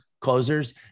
closers